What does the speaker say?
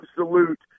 absolute